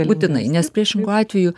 būtinai nes priešingu atveju